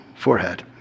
forehead